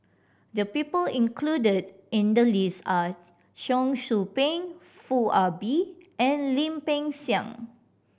the people included in the list are Cheong Soo Pieng Foo Ah Bee and Lim Peng Siang